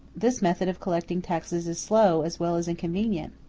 this method of collecting taxes is slow as well as inconvenient,